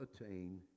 attain